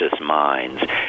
Minds